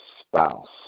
spouse